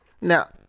Now